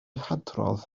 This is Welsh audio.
hadrodd